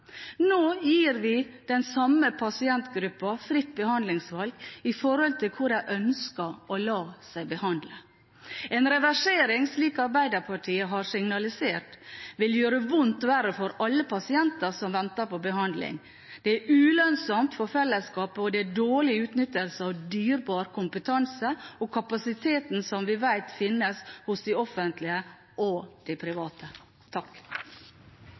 Nå gir vi den samme pasientgruppen fritt behandlingsvalg med hensyn til hvor de ønsker å la seg behandle. En reversering, slik Arbeiderpartiet har signalisert, vil gjøre vondt verre for alle pasienter som venter på behandling. Det er ulønnsomt for fellesskapet, og det er dårlig utnyttelse av dyrebar kompetanse og kapasitet som vi vet finnes hos de offentlige og de private.